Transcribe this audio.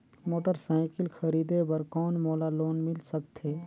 Motorcycle खरीदे बर कौन मोला लोन मिल सकथे?